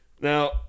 Now